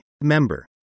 Member